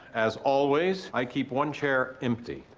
as always, i keep one chair empty,